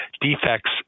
defects